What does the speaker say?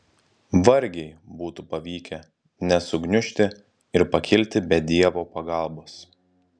vargiai būtų pavykę nesugniužti ir pakilti be dievo pagalbos